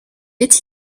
est